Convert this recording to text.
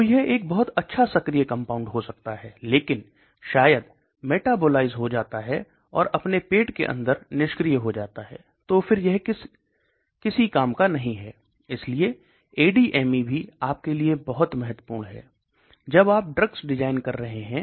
तो यह एक बहुत अच्छा सक्रिय कंपाउंड हो सकता है लेकिन शायद मेटाबोलाइज़ हो जाता है और अपने पेट के अंदर निष्क्रिय हो जाता है तो फिर यह किसी काम का नहीं है इसलिए ADME भी आपके लिए बहुत महत्वपूर्ण है जब आप ड्रग्स डिज़ाइन कर रहे हैं